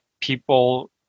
people